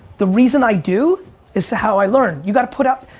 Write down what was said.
the reason i do is to how i learn. you gotta put up,